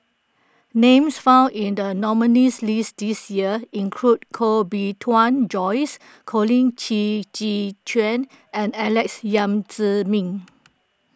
names found in the nominees list this year include Koh Bee Tuan Joyce Colin Qi Zhe Quan and Alex Yam Ziming